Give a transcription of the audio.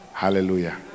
Hallelujah